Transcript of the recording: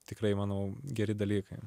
tikrai manau geri dalykai